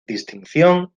distinción